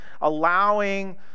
allowing